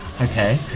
Okay